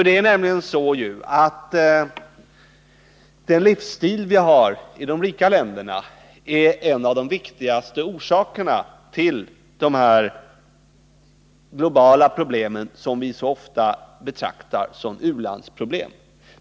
Det är nämligen så att den livsstil som vi har i de rika länderna är en av de viktigaste orsakerna till de globala problem som vi så ofta betraktar som u-landsproblem.